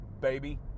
baby